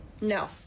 no